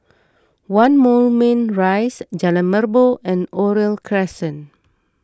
one Moulmein Rise Jalan Merbok and Oriole Crescent